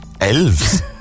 Elves